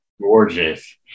gorgeous